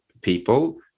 people